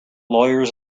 lawyers